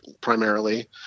primarily